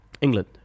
England